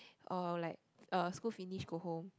or like uh school finish go home